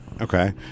Okay